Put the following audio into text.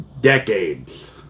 decades